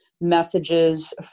messages